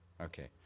Okay